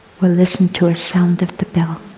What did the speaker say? we'll listen to a sound of the bell.